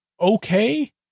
okay